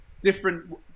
different